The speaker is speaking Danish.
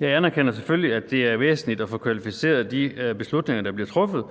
Jeg anerkender selvfølgelig, at det er væsentligt at få kvalificeret de beslutninger, der bliver truffet,